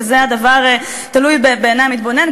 שזה דבר שתלוי בעיני המתבונן,